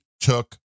Took